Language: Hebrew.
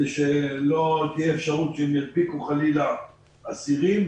שלא תהיה אפשרות שהם ידביקו חלילה אסירים,